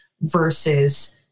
versus